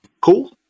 Cool